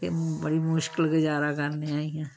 बड़ी मुश्कल गजारा करने आं इ'यां